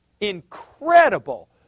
incredible